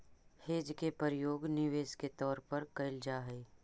hedge के प्रयोग निवेश के तौर पर कैल जा हई